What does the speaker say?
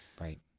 Right